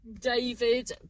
David